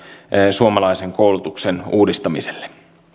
suomalaisen koulutuksen uudistamiselle